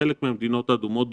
וחלק מהמדינות האדומות,